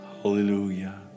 Hallelujah